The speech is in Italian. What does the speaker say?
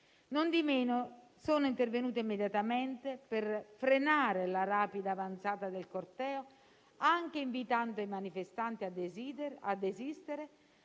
nondimeno sono intervenute immediatamente per frenare la rapida avanzata del corteo, anche invitando i manifestanti a desistere